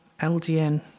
LDN